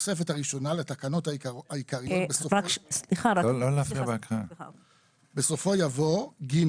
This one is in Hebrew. לתוספת הראשונה לתקנות העיקריות בסופו יבוא: "(ג)